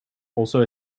also